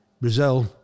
Brazil